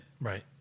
Right